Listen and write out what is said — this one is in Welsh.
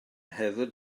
heather